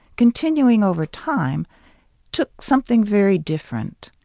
continuing over time took something very different,